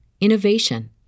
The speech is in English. innovation